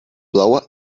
blower